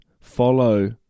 follow